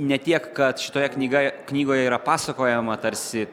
ne tiek kad štoje knyga knygoje yra pasakojama tarsi